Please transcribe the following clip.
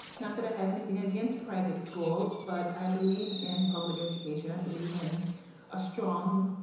not that i have anything against private schools, but i believe in public education. i believe in a strong